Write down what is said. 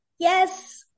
Yes